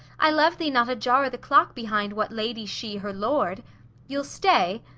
i love thee not a jar of the clock behind what lady she her lord you'll stay?